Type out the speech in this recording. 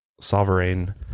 Sovereign